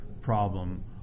problem